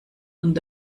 und